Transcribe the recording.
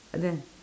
and then